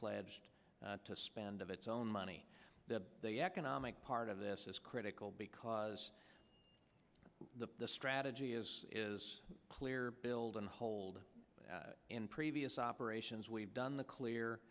pledged to spend of its own money the economic part of this is critical because the strategy is is clear build and hold in previous operations we've done the clear